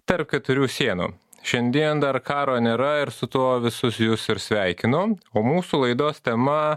tarp keturių sienų šiandien dar karo nėra ir su tuo visus jus ir sveikinu o mūsų laidos tema